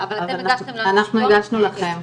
אנחנו הגשנו להם.